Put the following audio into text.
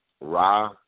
Ra